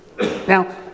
Now